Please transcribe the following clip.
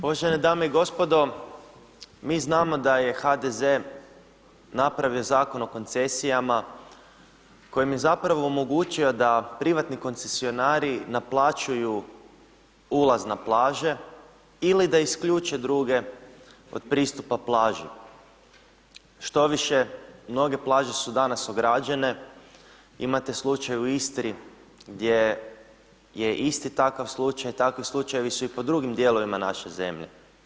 Uvažene dame i gospodo mi znamo da je HDZ napravio Zakon o koncesijama kojim je zapravo omogućio da privatni koncesionari naplaćuju ulaz na plaže ili da isključe druge od pristupa plaži, štoviše mnoge plaže su danas ograđena imate slučaj u Istri gdje je isti takav slučaj, takvi slučajevi su i po drugim dijelovima naše zemlje.